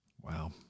Wow